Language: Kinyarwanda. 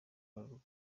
urubuga